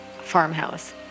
farmhouse